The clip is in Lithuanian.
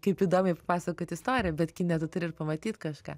kaip įdomiai pasakot istoriją bet kine tu turi ir pamatyt kažką